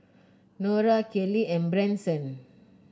Norah Kayleigh and Branson